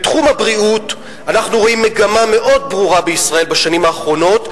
בתחום הבריאות אנחנו רואים מגמה מאוד ברורה בישראל בשנים האחרונות,